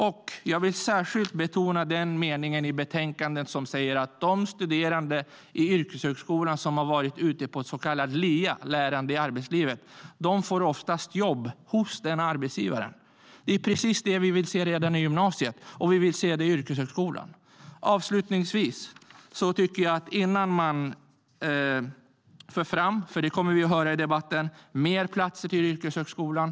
Och jag vill särskilt betona det som står i betänkandet: att de studerande i yrkeshögskolan som har varit ute på så kallad LIA, lärande i arbetslivet, oftast får jobb hos den arbetsgivaren. Det är precis det vi vill se redan i gymnasiet, och vi vill se det i yrkeshögskolan. Avslutningsvis: Vi kommer att få höra i debatten att det behövs fler platser i yrkeshögskolan.